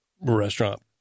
restaurant